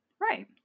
Right